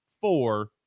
four